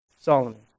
Solomon